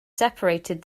separated